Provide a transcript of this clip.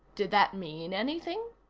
did that mean anything?